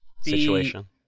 situation